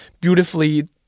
beautifully